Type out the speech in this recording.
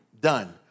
Done